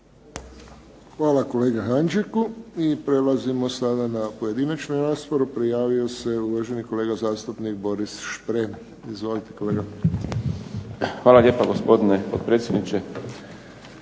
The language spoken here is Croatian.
Hvala, kolega Hanžeku. I prelazimo sada na pojedinačnu raspravu. Prijavio se uvaženi kolega zastupnik Boris Šprem. Izvolite, kolega. **Šprem, Boris (SDP)** Hvala lijepa, gospodine potpredsjedniče.